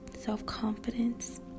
self-confidence